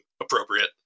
appropriate